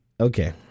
Okay